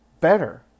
better